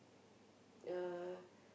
uh